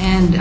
and